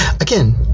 Again